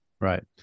Right